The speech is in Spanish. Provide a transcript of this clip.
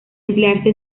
emplearse